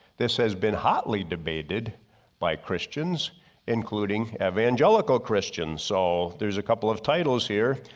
this has been highly debated by christians including evangelical christians. so there's a couple of titles here,